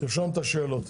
תרשום את השאלות.